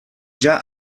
già